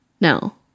no